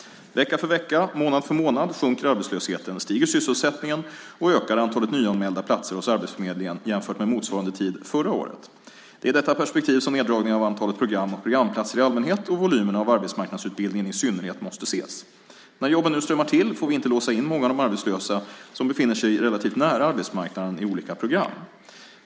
Vecka för vecka, månad för månad sjunker arbetslösheten, stiger sysselsättningen och ökar antalet nyanmälda platser hos arbetsförmedlingen, jämfört med motsvarande tid förra året. Det är i detta perspektiv som neddragningarna av antalet program och programplatser i allmänhet och volymerna av arbetsmarknadsutbildningen i synnerhet måste ses. När jobben nu strömmar till får vi inte låsa in många av de arbetslösa som befinner sig relativt nära arbetsmarknaden i olika program.